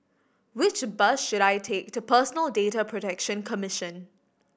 which bus should I take to Personal Data Protection Commission